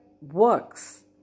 works